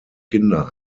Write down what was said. kinder